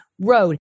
road